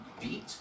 Beat